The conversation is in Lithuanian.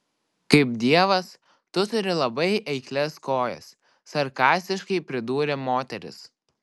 kaip dievas tu turi labai eiklias kojas sarkastiškai pridūrė moteris